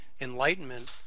enlightenment